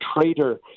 traitor